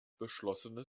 beschlossene